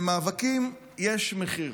למאבקים יש מחיר,